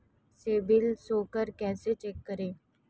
CIBIL score कैसे check करें?